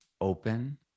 open